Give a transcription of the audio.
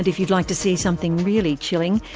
and if you'd like to see something really chilling,